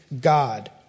God